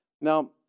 now